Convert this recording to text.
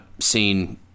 Seen